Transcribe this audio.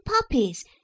puppies